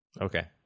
Okay